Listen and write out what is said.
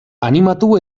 animatu